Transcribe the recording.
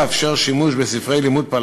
לאחר בדיקתם של ספרי הלימוד ועריכתם,